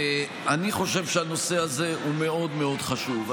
אני חושב שהנושא הזה הוא מאוד מאוד חשוב.